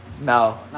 No